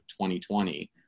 2020